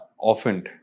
often